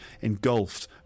engulfed